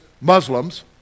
Muslims